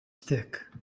stick